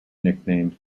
nicknamed